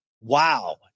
Wow